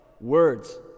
words